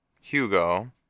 Hugo